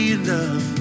enough